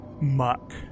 muck